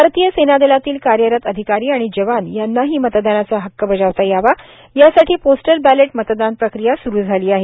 भारतीय सेना दलातील कार्यरत अधिकारी आणि जवान यांनाही मतदानाचा हक्क बजावता यावा यासाठी पोस्टल बॅलेट मतदान प्रक्रिया सुरु झाली आहे